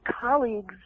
colleagues